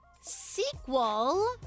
sequel